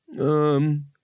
Um